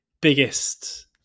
biggest